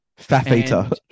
Fafita